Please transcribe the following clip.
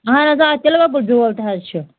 اَہَن حظ آ تِلہٕ گۅگُل بیوٚل تہِ حظ چھُ